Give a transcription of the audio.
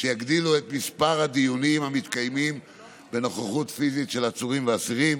שיגדילו את מספר הדיונים המתקיימים בנוכחות פיזית של עצורים ואסירים.